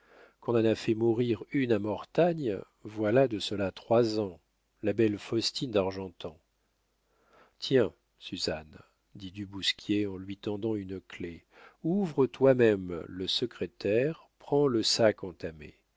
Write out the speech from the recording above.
qu'on en a fait mourir une à mortagne voilà de cela trois ans la belle faustine d'argentan tiens suzanne dit du bousquier en lui tendant une clef ouvre toi-même le secrétaire prends le sac entamé